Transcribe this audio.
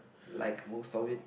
like most of it